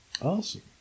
Awesome